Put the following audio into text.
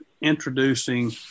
introducing